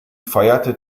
feierte